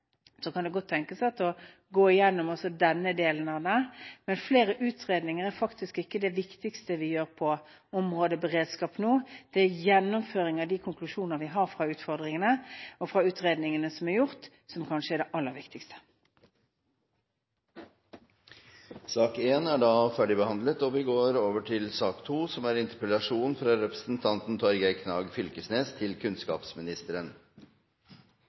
Så kan det godt tenkes at vi skal gå igjennom også denne delen av det. Men det å lage flere utredninger er faktisk ikke det viktigste vi kan gjøre på området beredskap nå. Det er gjennomføring i henhold til de konklusjoner vi har fra utfordringene og fra utredningene som er gjort, som kanskje er det aller viktigste. Sak nr. 1 er dermed ferdigbehandlet. Noreg har grunnleggjande ein god skule med elevar som